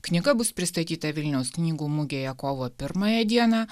knyga bus pristatyta vilniaus knygų mugėje kovo pirmąją dieną